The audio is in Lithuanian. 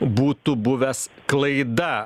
būtų buvęs klaida